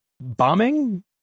bombing